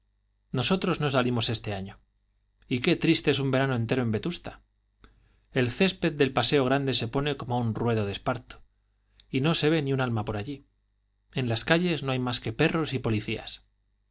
nosotros no salimos este año y qué triste es un verano entero en vetusta el césped del paseo grande se pone como un ruedo de esparto no se ve un alma por allí en las calles no hay más que perros y policías